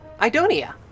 Idonia